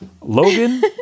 Logan